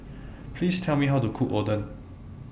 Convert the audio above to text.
Please Tell Me How to Cook Oden